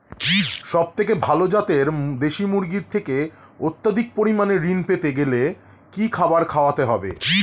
সবথেকে ভালো যাতে দেশি মুরগির থেকে অত্যাধিক পরিমাণে ঋণ পেতে গেলে কি খাবার খাওয়াতে হবে?